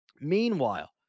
Meanwhile